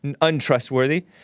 Untrustworthy